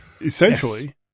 essentially